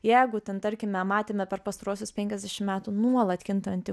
jeigu ten tarkime matėme per pastaruosius penkiasdešim metų nuolat kintantį